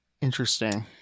Interesting